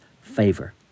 favor